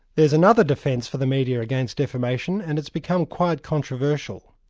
there's another defence for the media against defamation and it's become quite controversial.